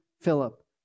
Philip